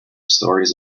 stories